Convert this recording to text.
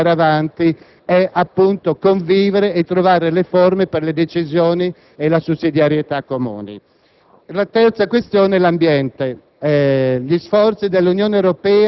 in questo pianeta, l'unica possibilità per andare avanti è appunto convivere e trovare le forme per le decisioni e la sussidiarietà comuni. La terza questione che intendo